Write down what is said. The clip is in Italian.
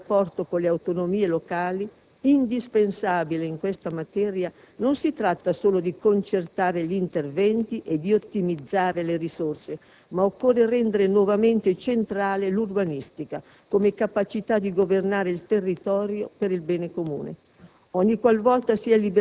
Per quanto riguarda il rapporto con le autonomie locali, indispensabile in questa materia, non si tratta solo di concertare gli interventi e di ottimizzare le risorse, ma occorre rendere nuovamente centrale l'urbanistica, come capacità di governare il territorio per il bene comune.